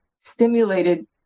stimulated